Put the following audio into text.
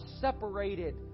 separated